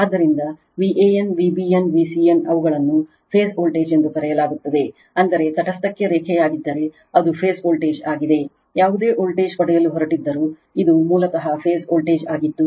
ಆದ್ದರಿಂದVan Vbn Vcn ಅವುಗಳನ್ನು phase voltage ಎಂದು ಕರೆಯಲಾಗುತ್ತದೆ ಅಂದರೆ ತಟಸ್ಥಕ್ಕೆ ರೇಖೆಯಾಗಿದ್ದರೆ ಅದು ಫೇಸ್ ವೋಲ್ಟೇಜ್ ಆಗಿದೆ